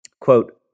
Quote